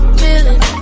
feeling